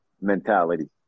mentality